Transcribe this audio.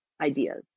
ideas